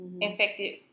Infected